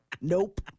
Nope